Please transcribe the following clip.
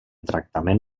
tractament